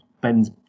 bends